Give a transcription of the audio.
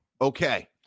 Okay